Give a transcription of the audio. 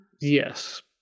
Yes